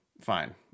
Fine